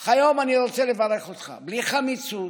אך היום אני רוצה לברך אותך בלי חמיצות,